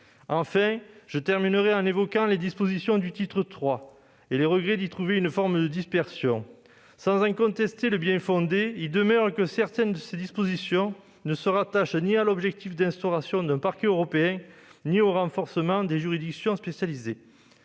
mise. Je terminerai en évoquant les dispositions du titre III, et nos regrets d'y trouver une forme de dispersion. Sans en contester le bien-fondé, il demeure que certaines de ces dispositions ne se rattachent ni à l'objectif d'instauration d'un parquet européen ni au renforcement des juridictions spécialisées.